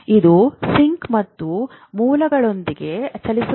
ಇದು ಸಿಂಕ್ ಮತ್ತು ಮೂಲಗಳೊಂದಿಗೆ ಚಲಿಸುತ್ತದೆ